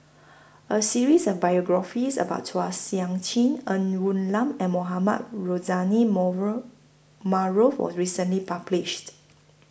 A series of biographies about Chua Sian Chin Ng Woon Lam and Mohamed Rozani Maarof was recently published